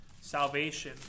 salvation